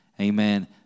amen